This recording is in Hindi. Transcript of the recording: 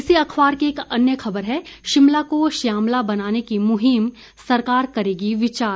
इसी अखबार की एक अन्य खबर है शिमला को श्यामला बनाने की मुहिम सरकार करेगी विचार